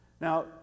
Now